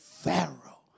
Pharaoh